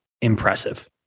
impressive